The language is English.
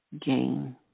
gain